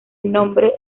nombre